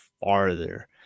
farther